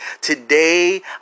Today